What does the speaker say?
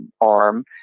arm